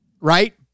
right